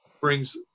brings